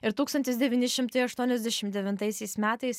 ir tūkstantis devyni šimtai aštuoniasdešim devintaisiais metais